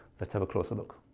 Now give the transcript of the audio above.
let's have a closer look.